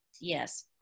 Yes